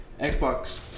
Xbox